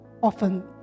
often